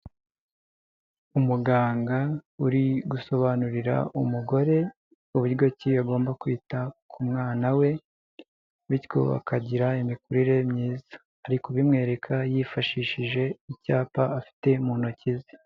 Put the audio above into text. Umuganga uri gusobanurira umugore uburyo ki agomba kwita ku mwana we, bityo akagira imikurire myiza, ari kubimwereka yifashishije icyapa afite mu ntoki ze.